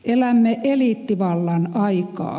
elämme eliittivallan aikaa